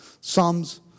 Psalms